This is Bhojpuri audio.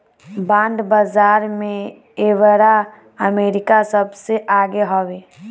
बांड बाजार में एबेरा अमेरिका सबसे आगे हवे